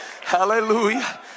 Hallelujah